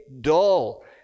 dull